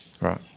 Right